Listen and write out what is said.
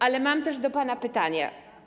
Ale mam też do pana pytanie.